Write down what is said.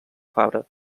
fabra